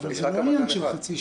אבל זה לא עניין של חצי שעה.